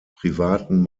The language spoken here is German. privaten